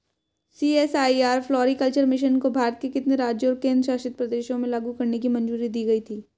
CSIR floriculture mission को भारत के कितने राज्यों और केंद्र शासित प्रदेशों में लागू करने की मंजूरी दी गई थी?